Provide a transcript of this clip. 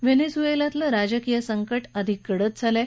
व्हेनेझुएलातलं राजकीय संकट अधिक गडद झालं आहे